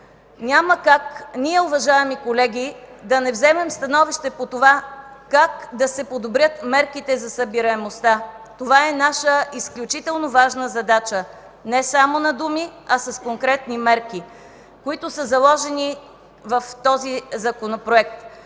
Няма как ние, уважаеми колеги, да не вземем становище по това как да се подобрят мерките за събираемостта. Това е наша изключително важна задача не само на думи, а с конкретни мерки, които са заложени в този Законопроект.